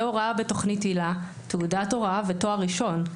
ההוראה בתוכנית היל"ה תעודת הוראה ותואר ראשון.